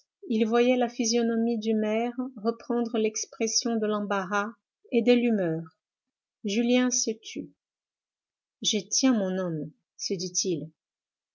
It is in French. il voyait la physionomie du maire reprendre l'expression de l'embarras et de l'humeur julien se tut je tiens mon homme se dit-il